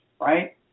Right